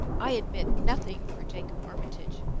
i admit nothing for jacob armitage.